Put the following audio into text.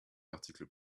l’article